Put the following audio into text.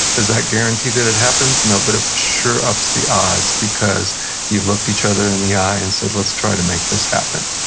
does that guarantee that it happens? no. but it ah sure ups the odds, because you've looked each other in the eye and said, let's try to make this happen.